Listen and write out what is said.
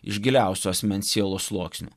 iš giliausių asmens sielos sluoksnių